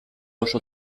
oso